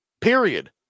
Period